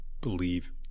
believe